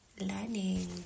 learning